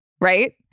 right